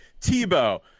Tebow